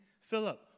Philip